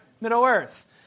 Middle-earth